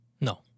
No